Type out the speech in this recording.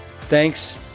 Thanks